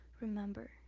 Remember